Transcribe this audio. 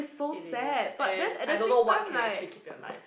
it is and I don't know what can actually keep it alive